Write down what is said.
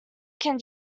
can